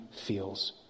feels